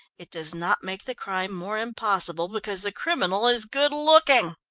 it does not make the crime more impossible because the criminal is good looking.